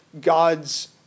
God's